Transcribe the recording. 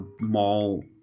mall